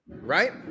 right